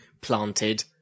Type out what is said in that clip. planted